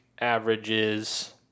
averages